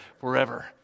forever